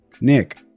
Nick